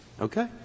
Okay